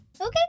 Okay